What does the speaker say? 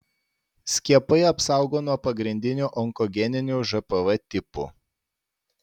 skiepai apsaugo nuo pagrindinių onkogeninių žpv tipų